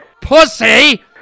Pussy